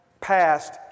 passed